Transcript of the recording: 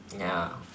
ya